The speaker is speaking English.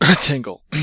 tingle